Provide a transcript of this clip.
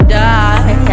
die